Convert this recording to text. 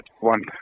one